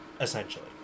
essentially